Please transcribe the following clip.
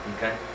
Okay